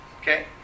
Okay